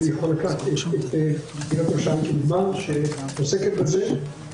פה לקחתי דוגמה שעוסקת בזה.